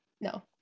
No